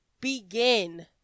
begin